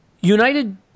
United